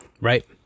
right